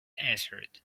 answered